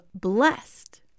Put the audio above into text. blessed